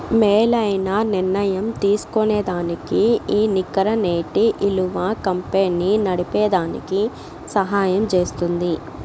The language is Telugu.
మేలైన నిర్ణయం తీస్కోనేదానికి ఈ నికర నేటి ఇలువ కంపెనీ నడిపేదానికి సహయం జేస్తుంది